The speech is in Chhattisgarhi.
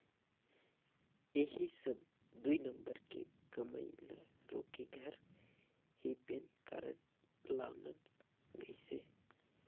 ऐही सब दुई नंबर के कमई ल रोके घर ही पेन कारड लानल गइसे